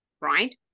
right